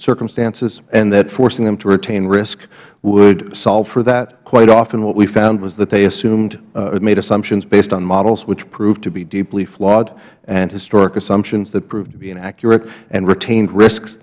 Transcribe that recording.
circumstances and that forcing them to retain risk would solve for that quite often what we have found is that they made assumptions based on models which proved to be deeply flawed and historic assumptions that proved to be inaccurate and retained risks